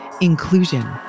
Inclusion